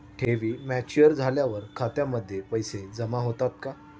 ठेवी मॅच्युअर झाल्यावर खात्यामध्ये पैसे जमा होतात का?